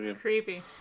Creepy